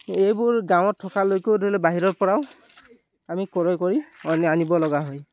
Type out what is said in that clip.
এইবোৰ গাঁৱত থকালৈকেও ধৰি লওক বাহিৰৰপৰাও আমি ক্ৰয় কৰি আনিবলগা হয়